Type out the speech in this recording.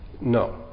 No